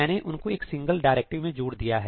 मैंने उनको एक सिंगल डायरेक्टिव में जोड़ दिया है